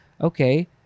okay